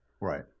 Right